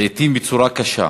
לעתים בצורה קשה.